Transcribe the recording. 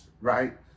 right